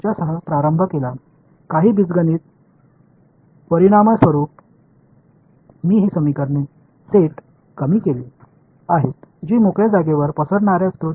சில அல்ஜிப்ரா விளைவாக இந்த சமன்பாடுகளின் தொகுப்பை அவை காலியான ஸ்பேஸ் கதிர்வீச்சு செய்யும் மூலங்களாக நான் குறைத்துள்ளேன்